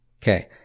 Okay